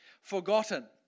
forgotten